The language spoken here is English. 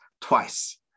twice